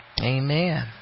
Amen